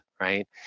right